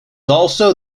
also